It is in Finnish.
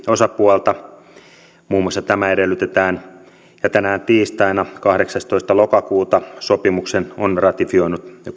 osapuolta muun muassa tämä edellytetään ja tänään tiistaina kahdeksastoista lokakuuta sopimuksen on ratifioinut jo